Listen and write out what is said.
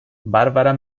barbara